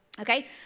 Okay